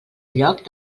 lloc